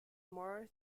more